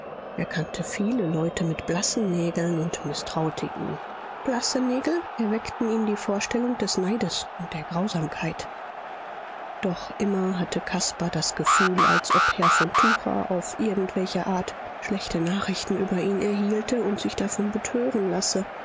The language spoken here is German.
er kannte viele leute mit blassen nägeln und mißtraute ihnen blasse nägel erweckten ihm die vorstellung des neides und der grausamkeit doch immer hatte caspar das gefühl als ob herr von tucher auf irgendwelche art schlechte nachrichten über ihn erhielte und sich davon betören lasse